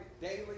daily